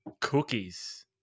Cookies